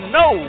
no